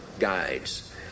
guides